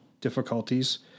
difficulties